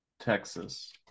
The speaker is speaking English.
Texas